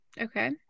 okay